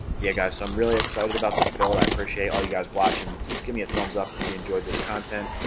yeah guys so i'm really excited about this build i appreciate all you guys watching please give me a thumbs up if you enjoyed this content,